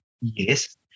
yes